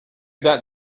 that